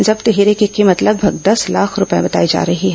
जब्त हीरे की कीमत लगभग दस लाख रूपये बताई जा रही है